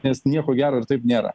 nes nieko gero ir taip nėra